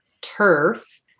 turf